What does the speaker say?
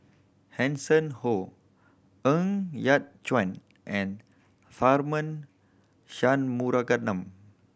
Hanson Ho Ng Yat Chuan and Tharman Shanmugaratnam